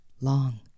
Long